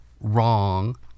Wrong